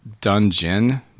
Dungeon